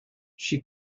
she